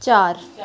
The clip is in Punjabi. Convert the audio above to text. ਚਾਰ